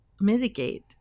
mitigate